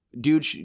dude